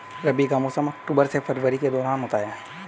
रबी का मौसम अक्टूबर से फरवरी के दौरान होता है